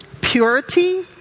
purity